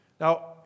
Now